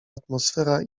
atmosfera